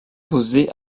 posées